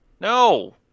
No